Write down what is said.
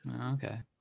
Okay